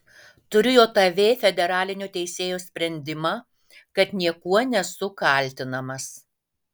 turiu jav federalinio teisėjo sprendimą kad niekuo nesu kaltinamas